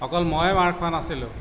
অকল ময়ে মাৰ খোৱা নাছিলোঁ